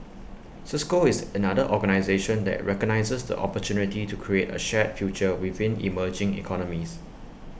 cisco is another organisation that recognises the opportunity to create A shared future within emerging economies